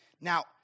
Now